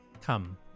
Come